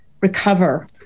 recover